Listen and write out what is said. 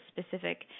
specific